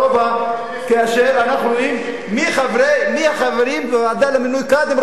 כאשר אנחנו רואים מי החברים בוועדה למינוי קאדים,